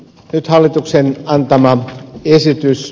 nyt hallituksen antama esitys